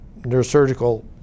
neurosurgical